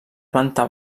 planta